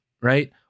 right